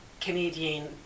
Canadian